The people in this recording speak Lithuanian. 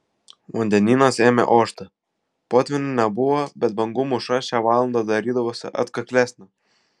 vandenynas ėmė ošti potvynio nebuvo bet bangų mūša šią valandą darydavosi atkaklesnė